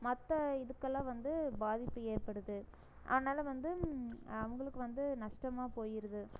மற்ற இதுக்கெல்லாம் வந்து பாதிப்பு ஏற்படுது அதனால் வந்தும் அவங்களுக்கு வந்து நஷ்டமாக போயிருது